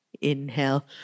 Inhale